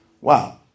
Wow